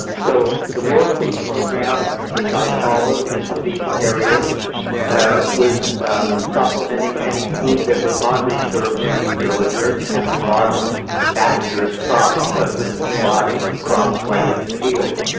um so the world food programme which i followed into these areas was supplementing any food that was on reserve for these villagers having lost that year's crop because of rotting of crops right in the field.